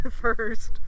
first